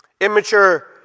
Immature